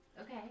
okay